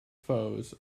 foes